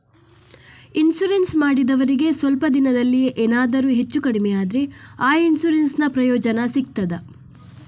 Insurance ಮಾಡಿದವರಿಗೆ ಸ್ವಲ್ಪ ದಿನದಲ್ಲಿಯೇ ಎನಾದರೂ ಹೆಚ್ಚು ಕಡಿಮೆ ಆದ್ರೆ ಆ ಇನ್ಸೂರೆನ್ಸ್ ನ ಪ್ರಯೋಜನ ಸಿಗ್ತದ?